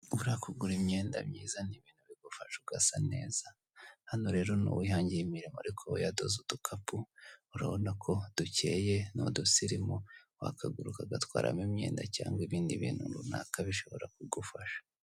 Ushobora kugura imyenda myiza n'ibintu bigufasha ugasa neza. Hano rero, ni uwihangiye imirimo ariko we yadoze udukapu, urabona ko dukeye, ni udusirimu, wakagura ukagatwaramo imyenda cyangwa ibindi bintu runaka bishobora kugufasha.